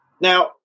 Now